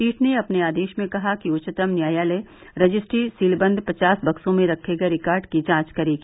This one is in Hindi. पीठ ने अपने आदेश में कहा कि उच्चतम न्यायालय रजिस्ट्री सीलबंद पवास बक्सों में रखे गए रिकार्ड की जांच करेगी